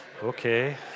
Okay